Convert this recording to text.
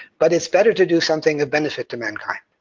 but it's better to do something of benefit to mankind.